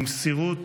במסירות